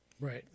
Right